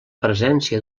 presència